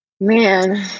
Man